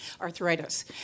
Arthritis